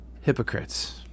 hypocrites